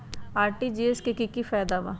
RTGS से की की फायदा बा?